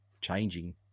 changing